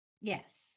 yes